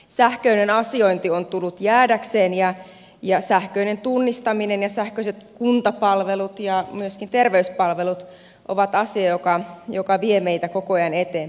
sähköinen asiointi on tullut jäädäkseen ja sähköinen tunnistaminen ja sähköiset kuntapalvelut ja myöskin terveyspalvelut ovat asia joka vie meitä koko ajan eteenpäin